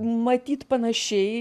matyt panašiai